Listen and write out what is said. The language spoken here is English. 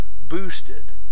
boosted